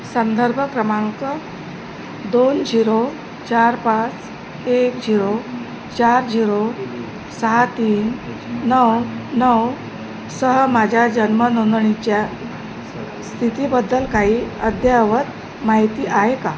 संदर्भ क्रमांक दोन झिरो चार पाच एक झिरो चार झिरो सहा तीन नऊ नऊ सह माझ्या जन्मनोंदणीच्या स्थितीबद्दल काही अद्ययावत माहिती आहे का